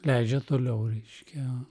leidžia toliau reiškia